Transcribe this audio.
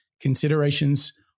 considerations